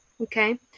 Okay